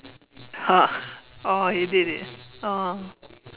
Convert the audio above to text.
!huh! oh you did it oh